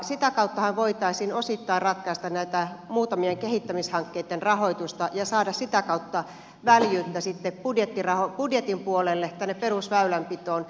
sitä kauttahan voitaisiin osittain ratkaista näiden muutamien kehittämishankkeitten rahoitusta ja saada väljyyttä budjetin puolelle tänne perusväylänpitoon